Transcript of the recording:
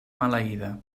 maleïda